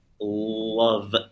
love